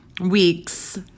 weeks